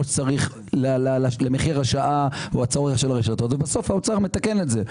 שצריך למחיר השעה או הצורך של הרשתות ובסוף האוצר מתקן את זה.